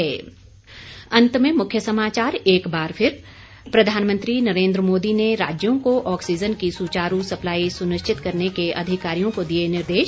अंत में मुख्य समाचार एक बार फिर प्रधानमंत्री नरेन्द्र मोदी ने राज्यों को ऑक्सीजन की सुचारू सप्लाई सुनिश्चित करने के अधिकारियों को दिए निर्देश